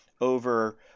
over